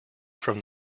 from